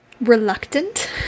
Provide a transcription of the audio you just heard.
reluctant